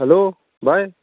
hello बाय